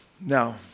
Now